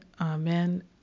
Amen